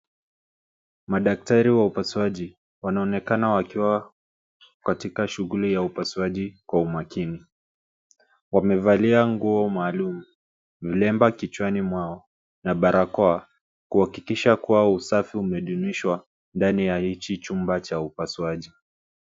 Madaktari wa upasuaji wanaonekana wakiwa katika shughuli ya upasuaji kwa umakini. Wamevalia nguo maalumu, vilemba kichwani mwao na barakoa kuhakikisha kuwa usafi umejumishwa ndani ya hichi chumba cha upasuaji.